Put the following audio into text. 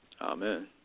Amen